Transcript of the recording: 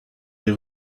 des